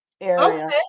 area